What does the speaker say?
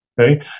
Okay